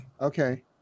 Okay